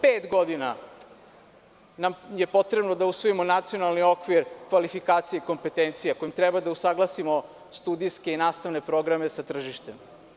Pet godina nam je potrebno da usvojimo nacionalni okvir kvalifikacije i kompetencija kojim treba da usaglasimo studijske i nastavne programe sa tržištem.